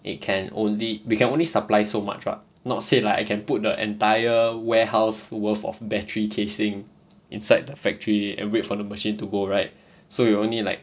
it can only we can only supply so much what not say like I can put the entire warehouse worth of battery casing inside the factory and wait for the machine to go right so you only like